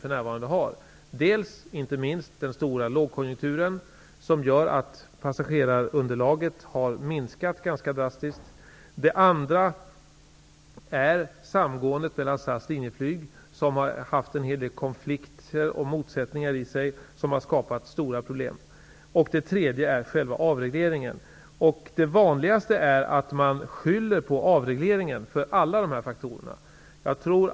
För det första är det inte minst den stora lågkonjunkturen som gör att passagerarunderlaget har minskat ganska drastiskt. För det andra är det samgåendet mellan SAS och Linjeflyg där en del konflikter och motsättningar har förekommit, vilket har skapat stora problem. Det tredje är själva avregleringen. Det vanligaste är att man skyller på avregleringen när det gäller alla dessa faktorer.